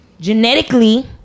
Genetically